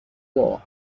war